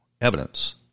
evidence